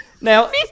Now